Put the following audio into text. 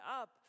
up